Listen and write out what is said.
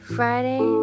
Friday